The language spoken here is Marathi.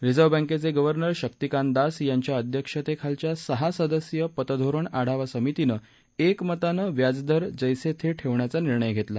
रिझर्व्ह बँकेचे गव्हर्नर शक्तिकांत दास यांच्या अध्यक्षतेखालच्या सहा सदस्यीय पतधोरण आढावा समितीनं एकमतानं व्याजदर जैसे थे ठेवण्याचा निर्णय घेतला